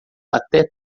até